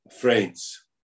friends